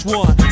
one